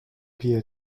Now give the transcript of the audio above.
via